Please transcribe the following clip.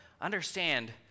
understand